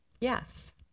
Yes